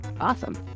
Awesome